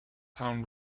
town